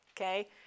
okay